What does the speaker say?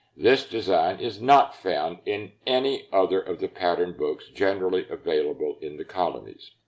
this design is not found in any other of the pattern books generally available in the colonies.